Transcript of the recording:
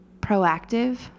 proactive